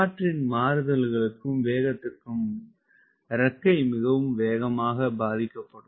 காற்றின் மாறுதல்களுக்கும் வேகத்துக்கும் இறக்கை மிகவும் வேகமாக பாதிக்கப்படும்